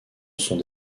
sont